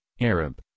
arab